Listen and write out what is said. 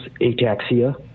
ataxia